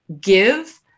give